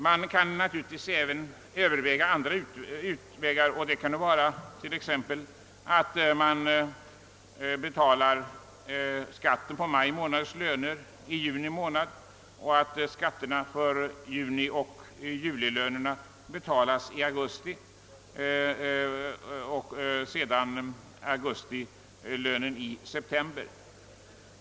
Man kan naturligtvis överväga även andra möjligheter, t.ex. att betala skatten för maj månads löner i juni och att betala skatterna för junioch julilönerna i augusti medan augustilönen betalas i september.